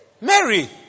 Mary